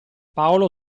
paolo